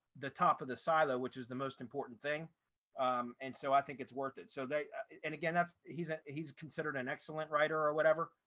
the top of the silo which is the most important thing and so i think it's worth it. so they and again, that's, he's, he's considered an excellent writer or whatever,